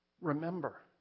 Remember